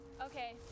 Okay